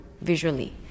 visually